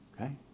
Okay